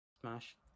Smash